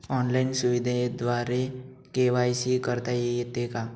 Online सुविधेद्वारे KYC करता येते का?